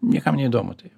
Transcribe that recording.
niekam neįdomu tai